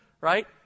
right